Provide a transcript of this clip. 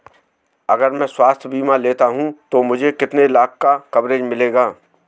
अगर मैं स्वास्थ्य बीमा लेता हूं तो मुझे कितने लाख का कवरेज मिलेगा?